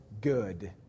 good